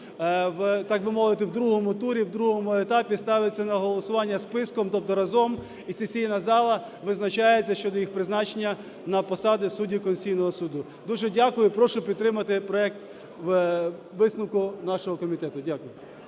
так би мовити, в другому турі, в другому етапі ставиться на голосування списком, тобто разом, і сесійна зала визначається щодо їх призначення на посади суддів Конституційного Суду. Дуже дякую. Прошу підтримати проект висновку нашого комітету. Дякую.